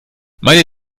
meine